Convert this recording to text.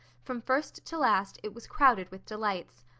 from first to last it was crowded with delights.